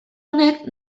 honek